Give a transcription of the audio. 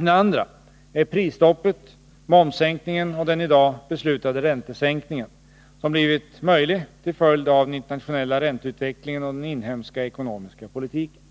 Den andra är prisstoppet, momssänkningen och den i dag beslutade räntesänkningen som blivit möjlig till följd av den internationella ränteutvecklingen och den inhemska ekonomiska politiken.